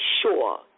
sure